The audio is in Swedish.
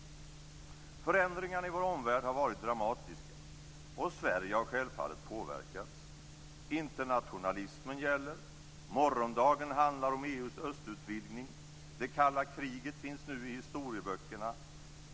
Förändringarna i vår omvärld har varit dramatiska, och Sverige har självfallet påverkats. Internationalismen gäller. Morgondagen handlar om EU:s östutvidgning. Det kalla kriget finns nu i historieböckerna.